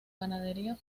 ganadería